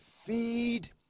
feed